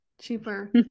cheaper